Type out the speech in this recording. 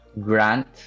grant